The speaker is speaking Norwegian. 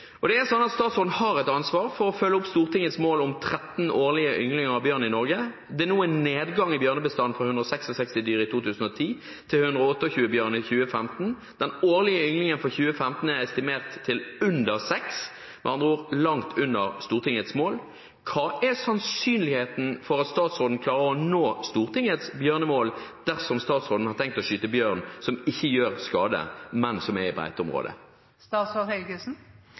Statsråden har et ansvar for å følge opp Stortingets mål om 13 årlige ynglinger av bjørn i Norge. Det er noe nedgang i bjørnebestanden, fra 166 dyr i 2010 til 128 bjørn i 2015. Den årlige ynglingen for 2015 er estimert til under seks, med andre ord langt under Stortingets mål. Hva er sannsynligheten for at statsråden klarer å nå Stortingets bjørnemål, dersom statsråden har tenkt å skyte bjørn som ikke gjør skade, men som er i